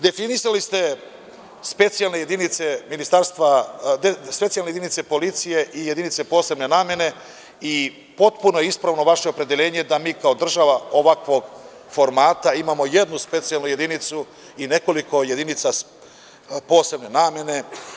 Definisali ste specijalne jedinice policije i jedinice posebne namene i potpuno je ispravno vaše opredeljenje da mi kao država ovakvog formata imamo jednu specijalnu jedinicu i nekoliko jedinica posebne namene.